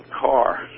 car